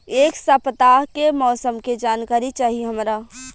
एक सपताह के मौसम के जनाकरी चाही हमरा